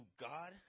god